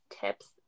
tips